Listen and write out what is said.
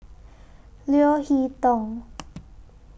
Leo Hee Tong